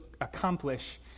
accomplish